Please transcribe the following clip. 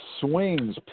swings